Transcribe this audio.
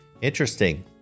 Interesting